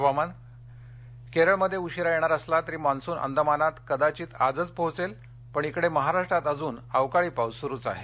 हुवामान केरळमध्ये उशीरा येणार असला तरी मान्सून अंदमानात कदाचित आजच पोहोचेल पण इकडे महाराष्ट्रात अजून अवकाळी पाऊस सुरूच आहे